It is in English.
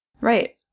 Right